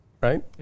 Right